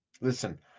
Listen